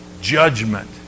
judgment